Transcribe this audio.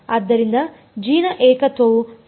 ಆದ್ದರಿಂದ g ನ ಏಕತ್ವವು ಸಂಯೋಜಿಸಲ್ಪಡುತ್ತದೆ